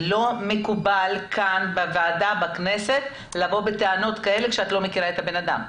ולא מקובל כאן בוועדה בכנסת לבוא בטענות כאלה כשאת לא מכירה את הבן אדם.